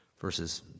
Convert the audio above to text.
verses